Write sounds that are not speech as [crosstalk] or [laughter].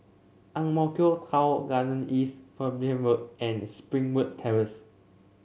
Ang Mo Kio Town Garden East [unintelligible] Road and Springwood Terrace